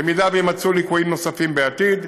במידה שיימצאו ליקויים נוספים בעתיד,